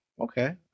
okay